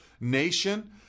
nation